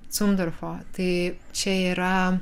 sundarfo tai čia yra